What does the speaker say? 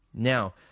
Now